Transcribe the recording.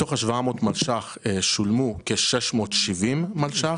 מתוך ה-700 מיליון שקלים שולמו כ-670 מיליון שקלים.